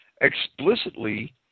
explicitly